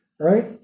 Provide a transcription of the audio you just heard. right